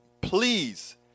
please